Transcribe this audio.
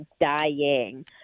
dying